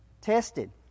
Tested